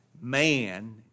man